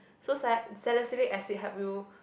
so salicylic acid help you